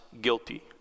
guilty